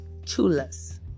Chulas